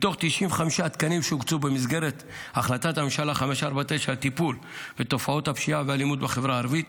מתוך 95 התקנים שהוקצו במסגרת החלטת ממשלה 549 לטיפול בתופעות הפשיעה